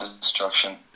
destruction